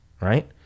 right